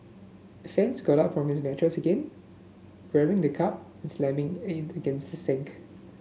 fans got up from his mattress again grabbing the cup and slamming against the sink